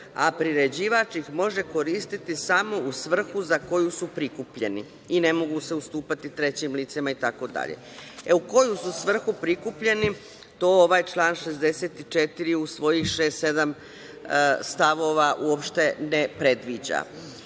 a priređivač ih može koristiti samo u svrhu za koju su prikupljeni i ne mogu se ustupati trećim licima itd. U koju su svrhu prikupljeni, to ovaj član 64. u svojih šest, sedam stavova uopšte ne predviđa. Da